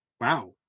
wow